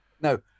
No